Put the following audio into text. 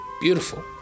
Beautiful